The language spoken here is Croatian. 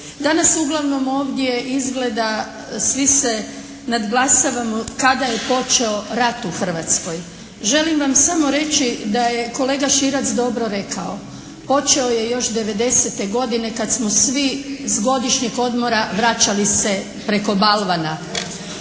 Danas uglavnom ovdje izgleda svi se nadglasavamo kada je počeo rat u Hrvatskoj? Želim vam samo reći da je kolega Širac dobro rekao. Počeo je još '90. godine kad smo svi s godišnjih odmora vraćali se preko balvana.